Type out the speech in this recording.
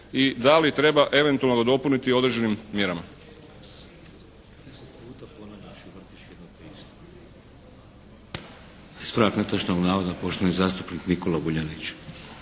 i da li treba eventualno dopuniti određenim mjerama.